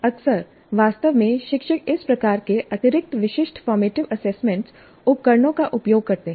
अक्सर वास्तव में शिक्षक इस प्रकार के अतिरिक्त विशिष्ट फॉर्मेटिव एसेसमेंट उपकरणों का उपयोग करते हैं